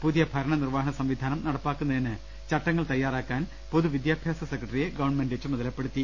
പുതിയ ഭരണ നിർവ്വഹണ സംവിധാനം നടപ്പാക്കുന്നതിന് ചട്ട ങ്ങൾ തയ്യാറാക്കാൻ പൊതു വിദ്യാഭ്യാസ സെക്രട്ടറിയെ ഗവൺമെന്റ് ചുമതലപ്പെടുത്തി